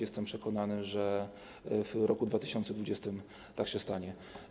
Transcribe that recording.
Jestem przekonany, że w roku 2020 tak się stanie.